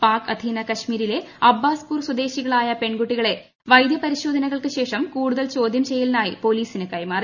പാക് അധീന കാശ്മീരിലെ അബ്ബാസ് പൂർ സ്വദേശികളായ പെൺകുട്ടികളെ വൈദ്യ പരിശോധനകൾക്ക് ശേഷം കൂടുതൽ ചോദ്യം ചെയ്യലിനായി പൊലീസിന് കൈമാറി